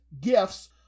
gifts